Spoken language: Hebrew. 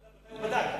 הוא לא בדק.